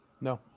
No